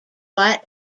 white